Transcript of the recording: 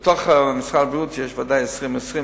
במשרד הבריאות יש תוכנית 2020,